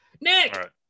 Nick